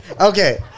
Okay